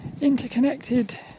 interconnected